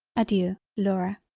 adeiu laura.